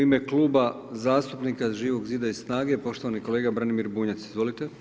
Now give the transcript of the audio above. U ime kluba zastupnika Živog zida i Snage, poštovani kolega Branimir Bunjac, izvolite.